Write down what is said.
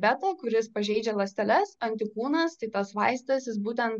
beta kuris pažeidžia ląsteles antikūnas tai tas vaistas jis būtent